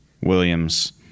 Williams